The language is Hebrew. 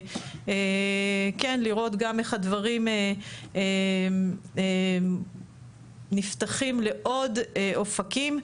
כן לראות גם איך הדברים נפתחים לעוד אופקים.